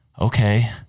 Okay